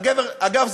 אגב,